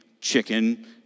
chicken